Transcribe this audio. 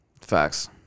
Facts